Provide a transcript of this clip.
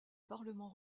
parlement